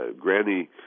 Granny